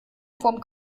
vorm